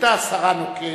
היתה השרה נוקד,